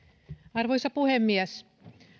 arvoisa puhemies